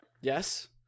Yes